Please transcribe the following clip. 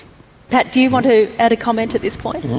pat do you want to add a comment at this point?